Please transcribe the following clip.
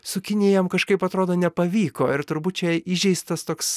su kinija jam kažkaip atrodo nepavyko ir turbūt čia įžeistas toks